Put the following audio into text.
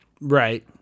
right